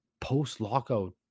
post-lockout